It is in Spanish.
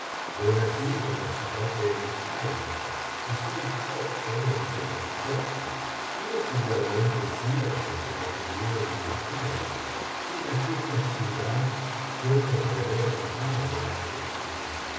yo nací en la ciudad de el cairo y soy copto entre los coptos y es igualmente cierto que me crió en el cairo y en aquella ciudad fué corredor mí padre antes que yo